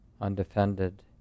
undefended